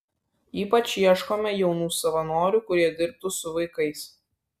ypač ieškome jaunų savanorių kurie dirbtų su vaikais